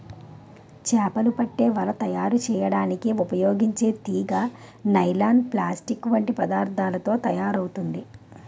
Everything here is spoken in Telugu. చేపలు పట్టే వల తయారు చేయడానికి ఉపయోగించే తీగ నైలాన్, ప్లాస్టిక్ వంటి పదార్థాలతో తయారవుతుంది